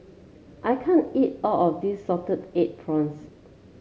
I can't eat all of this Salted Egg Prawns